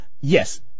Yes